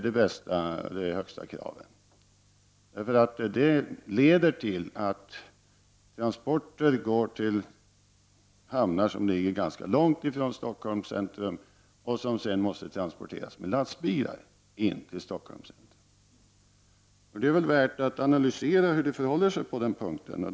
Detta skulle leda till att transporter går till hamnar som ligger långt från Stockholms centrum och att godset sedan måste transporteras till Stockholm med lastbilar. Men det är väl värt att analysera hur det förhåller sig på den punkten.